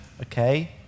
okay